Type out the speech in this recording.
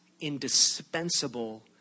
indispensable